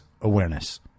awareness